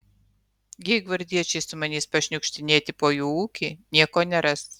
jei gvardiečiai sumanys pašniukštinėti po jų ūkį nieko neras